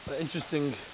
interesting